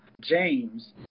James